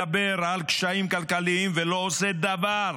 מדבר על קשיים כלכליים ולא עושה דבר,